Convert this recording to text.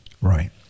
Right